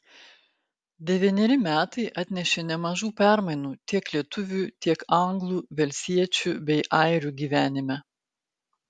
devyneri metai atnešė nemažų permainų tiek lietuvių tiek anglų velsiečių bei airių gyvenime